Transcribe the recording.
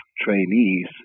trainees